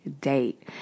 date